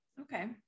Okay